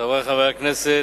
חברי חברי הכנסת,